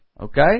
Okay